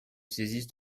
saisissent